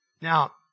Now